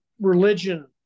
religion